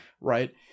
Right